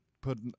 put